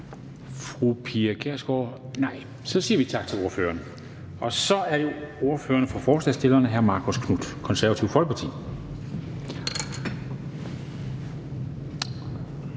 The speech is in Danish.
Dam Kristensen): Så siger vi tak til ordføreren. Og så er det ordføreren for forslagsstillerne, hr. Marcus Knuth, Det Konservative Folkeparti.